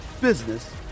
business